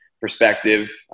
perspective